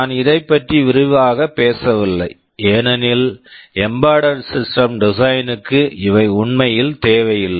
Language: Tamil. நான் இதைப் பற்றி விரிவாகப் பேசவில்லை ஏனெனில் embedded system design embedded system design க்கு இவை உண்மையில் தேவையில்லை